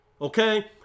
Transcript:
okay